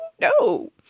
No